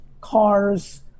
cars